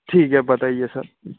ٹھیک ہے بتائیے سر